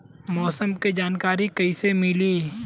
मौसम के जानकारी कैसे मिली?